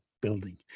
building